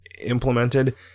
implemented